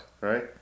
right